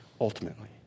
ultimately